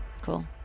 cool